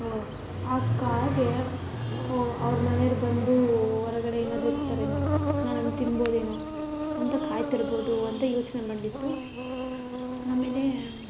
ಆ ಕಾಗೆ ಅವ್ರು ಮನೇರು ಬಂದು ಹೊರಗಡೆ ಏನಾದ್ರೂ ಇಡ್ತಾರೇನೋ ನಾನು ಅದ್ನ ತಿನ್ಬೋದು ಏನೋ ಅಂತ ಕಾಯ್ತಿರ್ಬೋದು ಅಂತ ಯೋಚನೆ ಬಂದಿತ್ತು ಆಮೇಲೆ